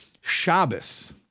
Shabbos